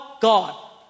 God